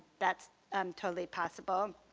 that's um totally possible.